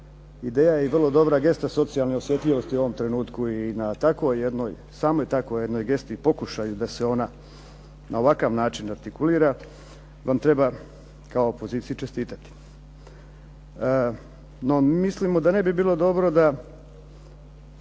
ideja i vrlo dobra gesta socijalne osjetljivosti u ovom trenutku i na tako jednoj, samoj takvoj jednoj gesti i pokušaju da se ona na ovakav način artikulira vam treba kao opoziciji čestitati. No, mislimo da ne bi bilo dobro da